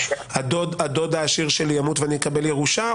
שהדוד העשיר שלי ימות ואני אקבל ירושה,